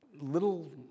little